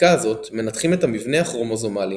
בבדיקה הזאת מנתחים את המבנה הכרומוזומלי